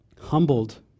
humbled